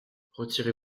retirez